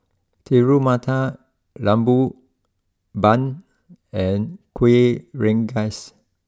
Telur Mata Lembu Bun and Kuih Rengas